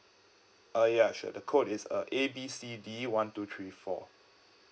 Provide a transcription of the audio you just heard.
uh ya sure the code is uh A B C D one two three four